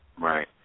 Right